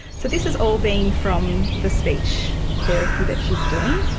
so this has all been from the speech therapy that she's doing.